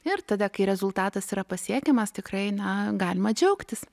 ir tada kai rezultatas yra pasiekiamas tikrai na galima džiaugtis